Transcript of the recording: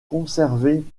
conservés